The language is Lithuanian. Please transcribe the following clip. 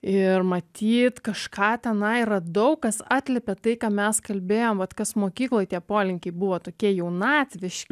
ir matyt kažką tenai radau kas atliepė tai ką mes kalbėjom vat kas mokykloj tie polinkiai buvo tokie jaunatviški